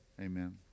amen